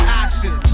ashes